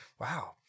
Wow